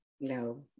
no